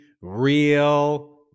real